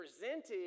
presented